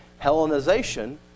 Hellenization